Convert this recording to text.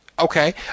Okay